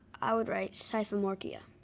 i would write psyfomorkia.